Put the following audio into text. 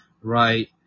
right